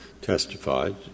testified